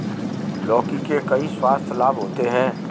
लौकी के कई स्वास्थ्य लाभ होते हैं